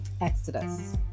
exodus